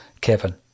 Kevin